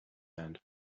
hand